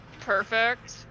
Perfect